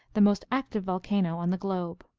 the most active volcano on the globe.